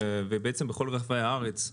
ובעצם בכל רחבי הארץ,